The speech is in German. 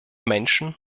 menschen